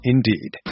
Indeed